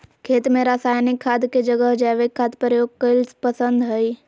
खेत में रासायनिक खाद के जगह जैविक खाद प्रयोग कईल पसंद हई